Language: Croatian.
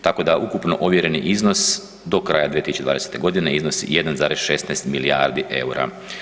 Tako da ukupno ovjereni iznos do kraja 2020.g. iznosi 1,16 milijardi eura.